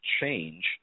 change